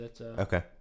Okay